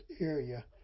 area